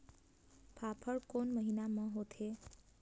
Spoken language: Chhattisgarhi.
फाफण कोन महीना म होथे?